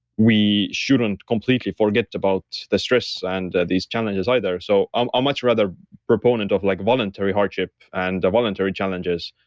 we shouldn't completely forget about the stress and these challenges either so i'm ah much rather proponent of like voluntary hardship and the voluntary challenges.